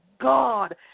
God